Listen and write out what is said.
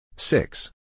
Six